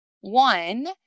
one